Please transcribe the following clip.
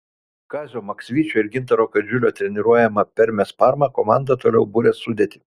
kazio maksvyčio ir gintaro kadžiulio treniruojama permės parma komanda toliau buria sudėtį